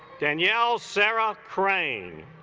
danielle sara crane